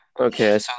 Okay